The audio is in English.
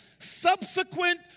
subsequent